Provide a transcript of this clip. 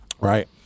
right